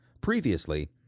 Previously